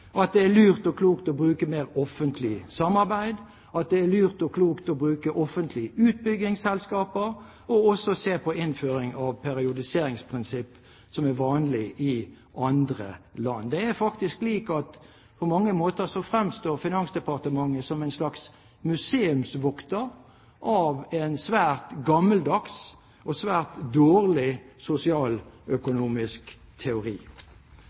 og Statens vegvesen, at det er lurt og klokt å bruke mer offentlig samarbeid, at det er lurt og klokt å bruke offentlige utbyggingsselskaper, og at det også er lurt og klokt å se på innføring av periodiseringsprinsipp, som er vanlig i andre land. Det er faktisk slik at Finansdepartementet på mange måter fremstår som en slags museumsvokter av en svært gammeldags og svært dårlig sosialøkonomisk teori.